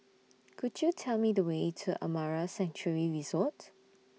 Could YOU Tell Me The Way to Amara Sanctuary Resort